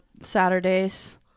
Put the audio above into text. saturdays